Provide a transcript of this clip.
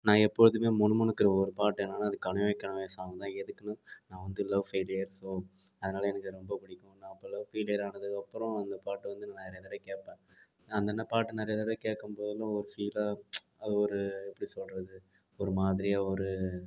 நான் எப்போதும் முணுமுணுக்கிற ஒரு பாட்டு என்னனால் அது கனவே கனவே சாங்தான் எதுக்குனால் நான் வந்து லவ் ஃபெயிலியர் ஸோ அதனாலே எனக்கு ரொம்ப பிடிக்கும் நான் அப்போது லவ் ஃபெயிலியர் ஆனதுக்கப்புறம் இந்த பாட்டை வந்து நிறையா தடவை கேட்பேன் அந்தன்னப் பாட்டு நிறையா தடவை கேட்கும் போதும் ஒரு ஃபீலாக அது ஒரு எப்படி சொல்வது ஒரு மாதிரியாக ஒரு